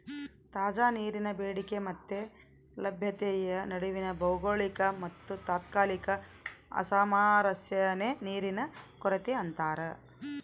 ತಾಜಾ ನೀರಿನ ಬೇಡಿಕೆ ಮತ್ತೆ ಲಭ್ಯತೆಯ ನಡುವಿನ ಭೌಗೋಳಿಕ ಮತ್ತುತಾತ್ಕಾಲಿಕ ಅಸಾಮರಸ್ಯನೇ ನೀರಿನ ಕೊರತೆ ಅಂತಾರ